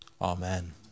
Amen